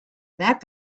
that